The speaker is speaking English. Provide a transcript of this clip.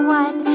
one